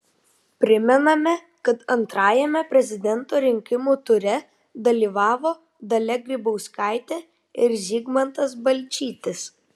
primename kad antrajame prezidento rinkimų ture dalyvavo dalia grybauskaitė ir zygmantas balčytis